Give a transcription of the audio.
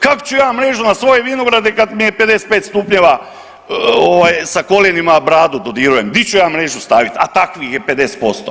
Kako ću ja mrežu na svoje vinograde kad mi je 55 stupnjeva sa koljenima bradu dodirujem, di ću ja mrežu staviti, a takvih je 50%